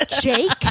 Jake